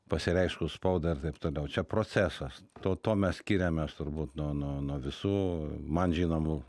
pasireiškus spaudai ir taip toliau čia procesas tuo tuo mes skiriamės turbūt nuo nuo nuo visų man žinomų